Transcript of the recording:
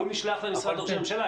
הוא נשלח למשרד ראש הממשלה.